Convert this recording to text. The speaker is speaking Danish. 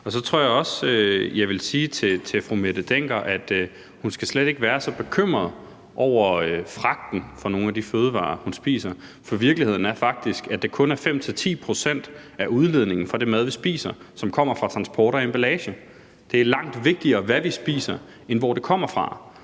også, at jeg vil sige til fru Mette Hjermind Dencker, at hun slet ikke skal være så bekymret over fragten af nogle af de fødevarer, hun spiser, for virkeligheden er faktisk, at det kun er 5-10 pct. af udledningen fra den mad, vi spiser, som kommer fra transport og emballage. Det er langt vigtigere, hvad vi spiser, end hvor det kommer fra.